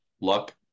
luck